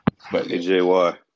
AJY